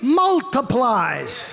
multiplies